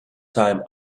time